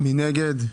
מי נגד?